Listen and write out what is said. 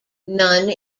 none